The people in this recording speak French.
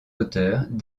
auteurs